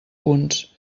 punts